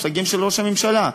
מהמושגים של ראש הממשלה.